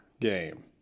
game